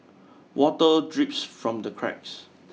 water drips from the cracks